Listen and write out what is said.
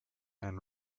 and